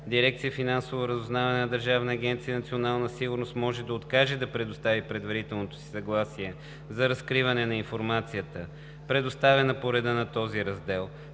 сигурност“ може да откаже да предостави предварителното си съгласие за разкриване на информацията, предоставена по реда на този раздел,